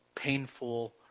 Painful